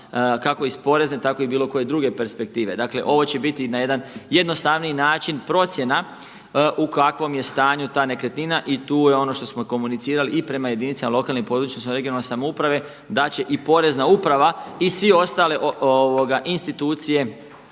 kako iz porezne tako i bilo koje druge perspektive. Dakle, ovo će biti na jedan jednostavniji način procjena u kakvom je stanju ta nekretnina. I tu je ono što smo komunicirali i prema jedinicama lokalne i područne odnosno regionalne samouprave da će i Porezna uprava i svi ostale institucije